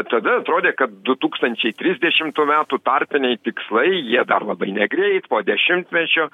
tada atrodė kad du tūkstančiai trisdešimt ų metų tarpiniai tikslai jie dar labai negreit po dešimtmečio